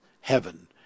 heaven